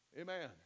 Amen